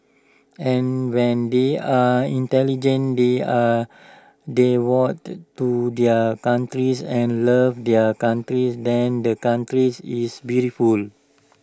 and when they are intelligent they are devoted to their countries and love their countries then the countries is beautiful